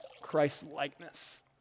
Christ-likeness